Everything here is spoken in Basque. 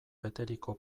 beteriko